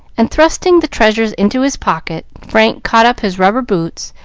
and, thrusting the treasures into his pocket, frank caught up his rubber boots,